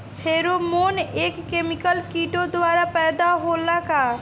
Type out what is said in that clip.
Pheromone एक chemical किटो द्वारा पैदा होला का?